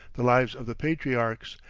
the lives of the patriarchs,